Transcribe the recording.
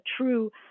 true